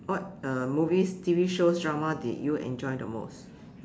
what uh movies T_V shows drama did you enjoy the most